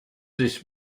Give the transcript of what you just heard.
this